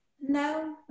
No